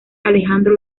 alejandro